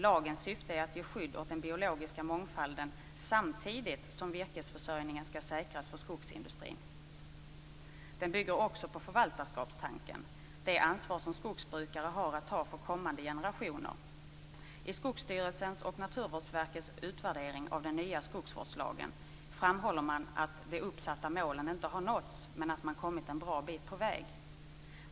Lagens syfte är att ge skydd åt den biologiska mångfalden samtidigt som virkesförsörjningen skall säkras för skogsindustrin. Den bygger också på förvaltarskapstanken - det ansvar som skogsbrukare har att ta för kommande generationer. I Skogsstyrelsens och Naturvårdsverkets utvärdering av den nya skogsvårdslagen framhåller man att de uppsatta målen inte har nåtts, men att man kommit en bra bit på väg.